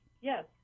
Yes